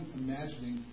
imagining